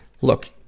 Look